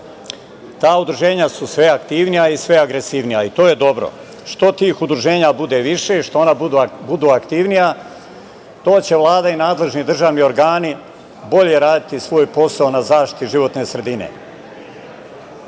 Ta udruženja su sve aktivnija i sve agresivnija, i to je dobro. Što tih udruženja bude više, što ona budu aktivnija, to će Vlada i nadležni državni organi bolje raditi svoj posao na zaštiti životne sredine. Loše